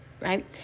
Right